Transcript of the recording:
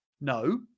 No